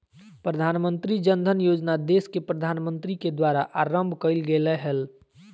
प्रधानमंत्री जन धन योजना देश के प्रधानमंत्री के द्वारा आरंभ कइल गेलय हल